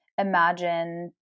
imagine